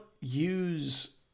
use